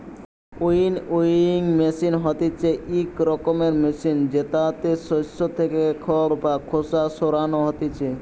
winnowing machine হতিছে ইক রকমের মেশিন জেতাতে শস্য থেকে খড় বা খোসা সরানো হতিছে